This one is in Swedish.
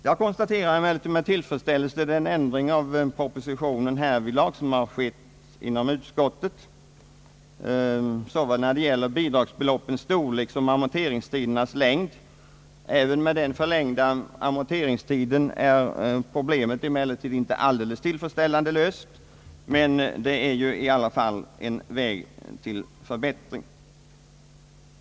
Jag konstaterar emellertid med tillfredsställelse den ändring av propositionen härvidlag, som har skett inom utskottet, såväl när det gäller bidragsbeloppens storlek som amorteringstidernas längd. även med den förlängda amorteringstiden är problemet emellertid inte alldeles tillfredsställande löst, men det är i alla fall en väg till förbättring.